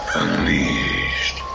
unleashed